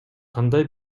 кандай